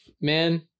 man